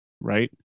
right